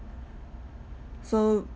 so